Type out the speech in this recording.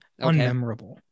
unmemorable